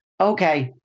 Okay